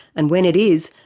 and when it is,